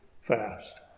fast